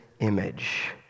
image